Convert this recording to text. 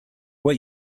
what